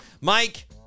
Mike